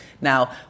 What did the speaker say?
Now